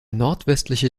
nordwestliche